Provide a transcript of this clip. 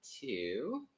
two